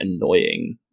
annoying